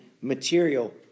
material